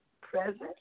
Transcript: present